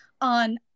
on